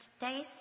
days